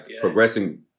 progressing